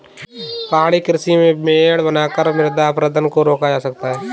पहाड़ी कृषि में मेड़ बनाकर मृदा अपरदन को रोका जाता है